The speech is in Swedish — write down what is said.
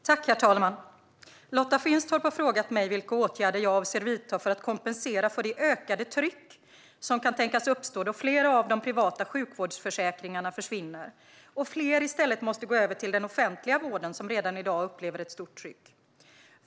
Herr talman! Lotta Finstorp har frågat mig vilka åtgärder jag avser att vidta för att kompensera för det ökade tryck som kan tänkas uppstå då flera av de privata sjukvårdsförsäkringarna försvinner och fler i stället måste gå över till den offentliga vården, som redan i dag upplever ett stort tryck.